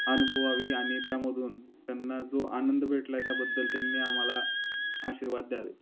अनुभवावी आणि त्यामधून त्यांना जो आनंद भेटला आहे त्याबद्दल त्यांनी आम्हाला आशीर्वाद द्यावे